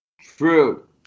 True